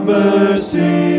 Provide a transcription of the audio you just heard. mercy